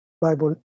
Bible